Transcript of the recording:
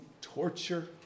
torture